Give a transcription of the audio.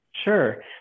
Sure